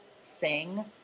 sing